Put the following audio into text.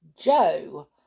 Joe